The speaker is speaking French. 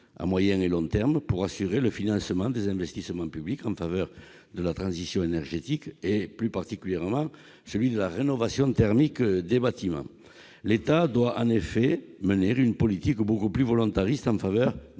à moyen et à long terme, pour assurer le financement des investissements publics en faveur de la transition énergétique, notamment celui de la rénovation thermique des bâtiments ». En effet, l'État doit mener une politique beaucoup plus volontariste en faveur